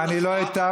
אני לא הטפתי.